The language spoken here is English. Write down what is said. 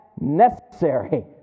necessary